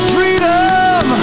Freedom